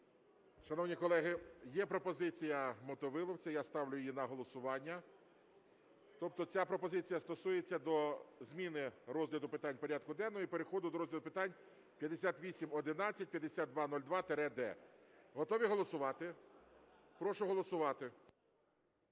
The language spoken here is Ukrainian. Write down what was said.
Шановні колеги, є пропозиція Мотовиловця, я ставлю її на голосування. Тобто ця пропозиція стосується до зміни розгляду питань порядку денного і переходу до розгляду питань 5811, 5202-д. Готові голосувати? Прошу голосувати.